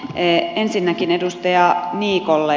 ensinnäkin edustaja niikolle